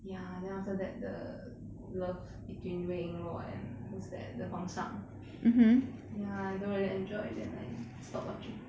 ya then after that the love between wei ying luo and who's that the 皇上 ya I don't really enjoyed then I stopped watching